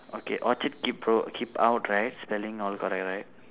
okay orchard keep road keep out right spelling all correct right